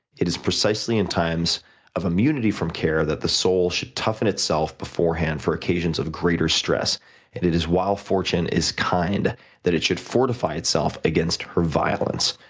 it is precisely in times of immunity from care that the soul should toughen itself beforehand for occasions of greater stress, and it is while fortune is kind that it should fortify itself against her violence.